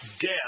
death